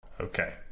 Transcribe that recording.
Okay